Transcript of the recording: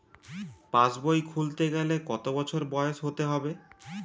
পাশবই খুলতে গেলে কত বছর বয়স হতে হবে?